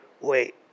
Wait